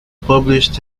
published